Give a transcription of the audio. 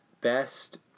best